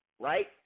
right